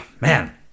Man